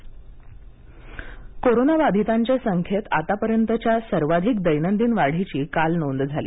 Covid corona बाधितांच्या संख्येत आतापर्यंतच्या सर्वाधिक दैनंदिन वाढीची काल नोंद झाली